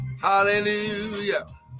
Hallelujah